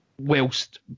whilst